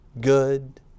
good